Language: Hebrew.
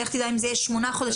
לך תדע אם זה יהיה שמונה חודשים.